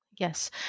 Yes